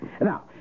Now